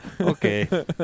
Okay